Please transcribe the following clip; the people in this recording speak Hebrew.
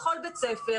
לכל בית הספר,